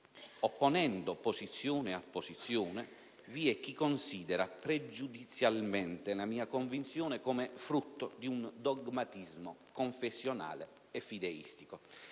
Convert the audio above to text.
opponendo posizione a posizione, vi è chi considera pregiudizialmente la mia convinzione come frutto di un dogmatismo confessionale e fideistico.